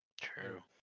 True